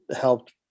helped